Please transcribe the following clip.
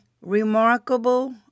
remarkable